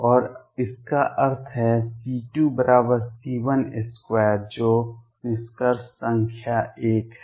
और इसका अर्थ है C2C12 जो निष्कर्ष संख्या 1 है